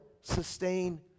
sustain